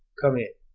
come in.